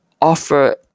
offer